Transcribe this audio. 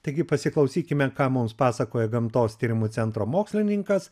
taigi pasiklausykime ką mums pasakoja gamtos tyrimų centro mokslininkas